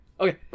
Okay